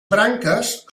branques